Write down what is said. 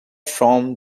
from